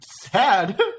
sad